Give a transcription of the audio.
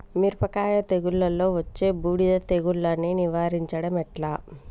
మిరపకాయ తెగుళ్లలో వచ్చే బూడిది తెగుళ్లను నివారించడం ఎట్లా?